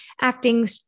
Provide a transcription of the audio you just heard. acting